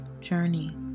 journey